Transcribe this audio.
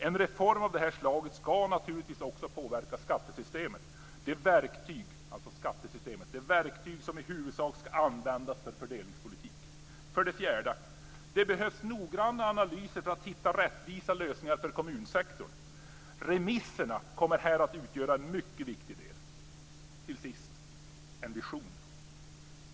En reform av detta slag ska naturligtvis också påverka skattesystemet - det verktyg som i huvudsak ska användas för fördelningspolitik. För det fjärde: Det behövs noggranna analyser för att hitta rättvisa lösningar för kommunsektorn. Remisserna kommer här att utgöra en mycket viktig del. Till sist har jag en vision.